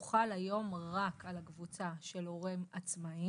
הוא חל היום רק על הקבוצה של הורים עצמאיים.